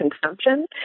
consumption